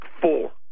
four